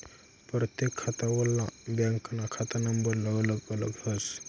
परतेक खातावालानं बँकनं खाता नंबर अलग अलग हास